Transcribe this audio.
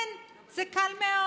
כן, זה קל מאוד,